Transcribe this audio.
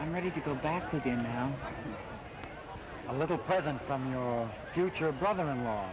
i'm ready to go back to him now a little present from your future brother in law